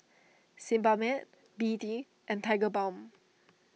Sebamed B D and Tigerbalm